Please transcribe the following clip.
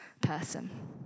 person